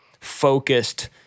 focused